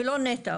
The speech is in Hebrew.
ולא נת"ע,